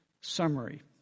summary